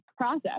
process